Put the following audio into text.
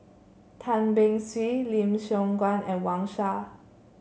Tan Beng Swee Lim Siong Guan and Wang Sha